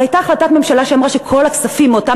אבל הייתה החלטת ממשלה שאמרה שכל הכספים מאותם